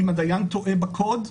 אם הדיין טעה בקוד,